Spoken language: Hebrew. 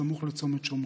סמוך לצומת שמרת,